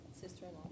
sister-in-law